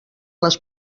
les